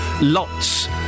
Lots